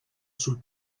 sul